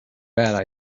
bad